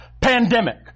pandemic